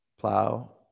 Plow